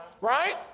Right